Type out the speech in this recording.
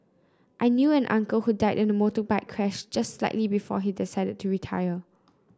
I knew an uncle who died in a motorbike crash just slightly before he decided to retire